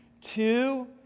Two